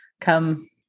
come